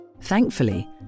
Thankfully